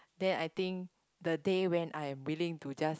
then I think the day when I'm willing to just